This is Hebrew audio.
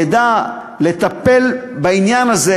ידע לטפל בעניין הזה,